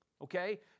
Okay